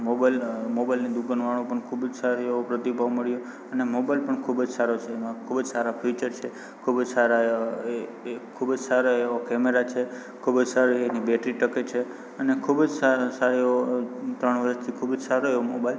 mobile મોબાઈલની દુકાનવાળો પણ ખૂબ જ સારો એવો પ્રતિભાવ મળ્યો અને મોબાઈલ પણ ખૂબ જ સારો છે એમાં ખૂબ જ સારા ફીચર છે ખૂબ જ સારા એવા ખૂબ જ સારા એવો કેમેરા છે ખૂબ જ સારી એની બેટરી ટકે છે અને ખૂબ જ સા સારો એવો ત્રણ વર્ષથી ખૂબ જ સારો એવો મોબાઈલ